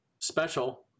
special